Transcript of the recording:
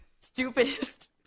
stupidest